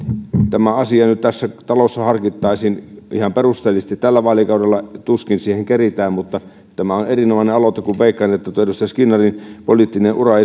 tämä asia nyt tässä talossa harkittaisiin ihan perusteellisesti tällä vaalikaudella tuskin siihen keretään mutta tämä on erinomainen aloite kun veikkaan että edustaja skinnarin poliittinen ura